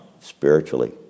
spiritually